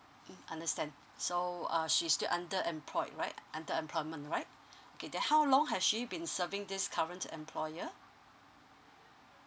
mm understand so uh she still under employed right under employment right okay then how long has she been serving this current employer